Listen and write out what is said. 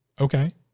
Okay